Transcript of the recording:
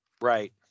Right